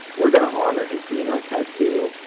we're going to honour his dnr tattoo,